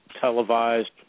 televised